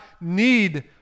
need